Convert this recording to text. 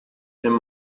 him